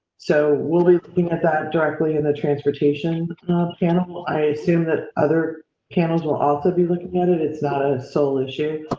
so, we'll be looking at that directly in the transportation but and um panel. i assume that other channels will also be looking at it. it's not a sole issue.